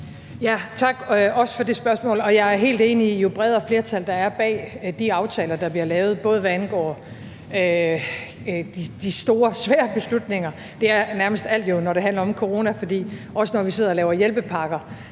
Tak, også for det spørgsmål, og jeg er helt enig i det med brede flertal bag de aftaler, der bliver lavet, både hvad angår de store og svære beslutninger – det er nærmest alt jo, når det handler om corona, fordi når vi sidder og laver hjælpepakker